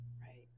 Right